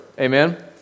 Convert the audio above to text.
Amen